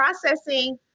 processing